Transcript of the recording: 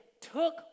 took